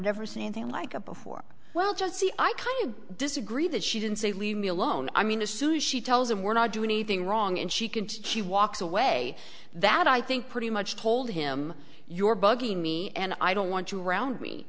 never seen anything like it before well just see i kind of disagree that she didn't say leave me alone i mean as soon as she tells him we're not doing anything wrong and she can to she walks away that i think pretty much told him you're bugging me and i don't want you around me